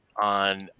on